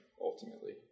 ultimately